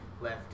left